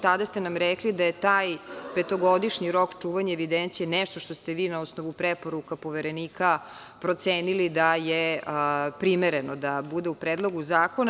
Tada ste nam rekli da je taj petogodišnji rok čuvanja evidencije nešto što ste vi na osnovu preporuka Poverenika procenili da je primereno da bude u predlogu zakona.